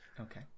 okay